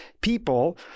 people